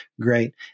Great